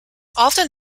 often